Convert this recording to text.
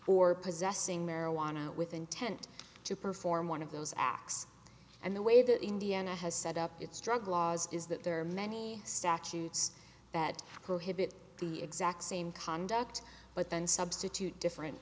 or possessing marijuana with intent to perform one of those acts and the way that indiana has set up its drug laws is that there are many statutes that prohibit the exact same conduct but then substitute different